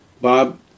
Bob